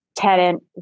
tenant